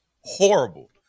Horrible